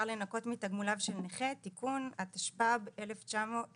לנכות מתגמוליו של נכה) (תיקון) התשפ"ב -2022.